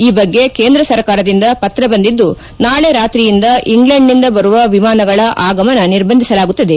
ಈ ಬಗ್ಗೆ ಕೇಂದ್ರ ಸರ್ಕಾರದಿಂದ ಪತ್ರ ಬಂದಿದ್ದು ನಾಳೆ ರಾತ್ರಿಯಿಂದ ಇಂಗ್ಲೆಂಡ್ನಿಂದ ಬರುವ ವಿಮಾನಗಳ ಆಗಮನ ನಿರ್ಬಂಧಿಸಲಾಗುತ್ತದೆ